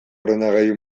ordenagailu